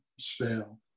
fail